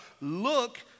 look